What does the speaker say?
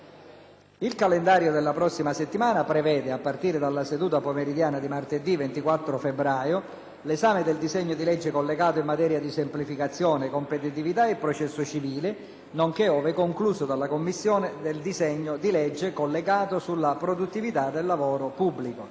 Il calendario della prossima settimana prevede, a partire dalla seduta pomeridiana di martedì 24 febbraio, l'esame del disegno di legge collegato in materia di semplificazione, competitività e processo civile, nonché - ove concluso dalla Commissione - del disegno di legge collegato sulla produttività del lavoro pubblico.